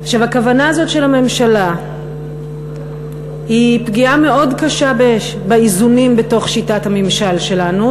הכוונה הזאת של הממשלה היא פגיעה מאוד קשה באיזונים בשיטת הממשל שלנו,